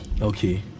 Okay